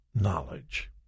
knowledge